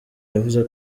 yavuze